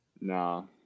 No